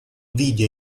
video